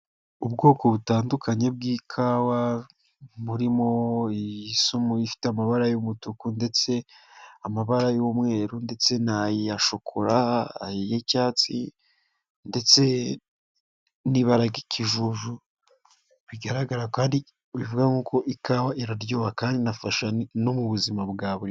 Ubwoko butandukanye bw'ikawa burimo isumu ifite amabara y'umutuku ndetse amabara y'umweru ndetse n'ayashokura y'icyatsi ndetse n'ibara ry'icyijuju bigaragara bivuga ko ikawa iraryoha kandi inafasha no mu buzima bwa buri.